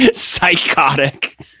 psychotic